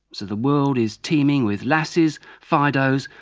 so the world is teeming with lassies, fidos,